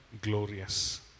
glorious